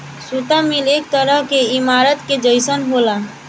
सुता मिल एक तरह के ईमारत के जइसन होला